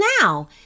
now